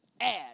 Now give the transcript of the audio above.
add